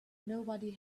nobody